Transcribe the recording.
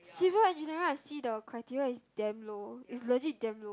civil engineering I see the criteria is damn low is legit damn low